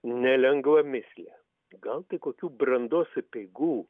nelengva misija gal kokių brandos apeigų